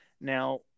Now